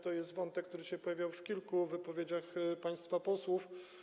To jest wątek, który pojawiał się w kilku wypowiedziach państwa posłów.